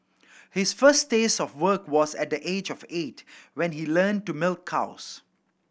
his first taste of work was at the age of eight when he learned to milk cows